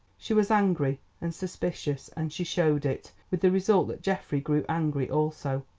she was angry and suspicious, and she showed it, with the result that geoffrey grew angry also.